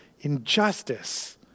injustice